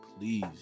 please